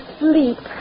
sleep